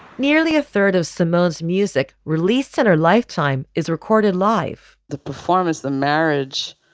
nearly a third of somalia's music released in her lifetime is recorded life, the performance, the marriage,